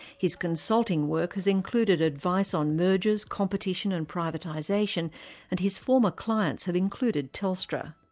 his consulting work has included advice on mergers, competition and privatisation and his former clients have included telstra.